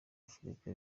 afurika